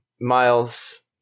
Miles